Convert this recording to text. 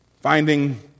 finding